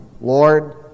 Lord